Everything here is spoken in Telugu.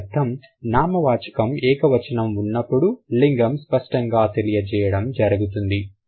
దాని అర్థం నామవాచకం ఏకవచనము ఉన్నప్పుడు లింగం స్పష్టంగా తెలియజేయడం జరుగుతుంది